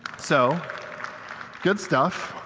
so good stuff.